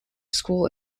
school